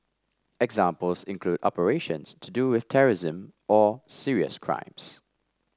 examples include operations to do with terrorism or serious crimes